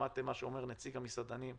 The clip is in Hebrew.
שמעתם מה שאומר נציג המסעדנים.